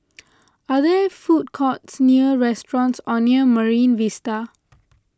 are there food courts near restaurants or near Marine Vista